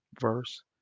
verse